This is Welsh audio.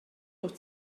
wyt